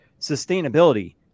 sustainability